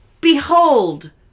Behold